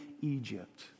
Egypt